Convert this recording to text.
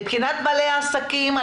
מבחינת בעלי העסקים,